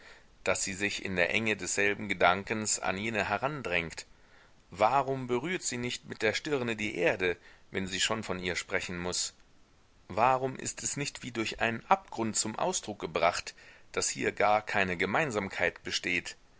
daß sie sich in der enge desselben gedankens an jene herandrängt warum berührt sie nicht mit der stirne die erde wenn sie schon von ihr sprechen muß warum ist es nicht wie durch einen abgrund zum ausdruck gebracht daß hier gar keine gemeinsamkeit besteht